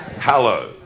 Hello